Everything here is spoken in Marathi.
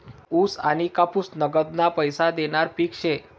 ऊस आनी कापूस नगदना पैसा देनारं पिक शे